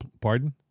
pardon